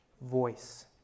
voice